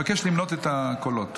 אבקש למנות את הקולות.